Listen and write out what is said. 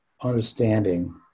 understanding